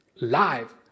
live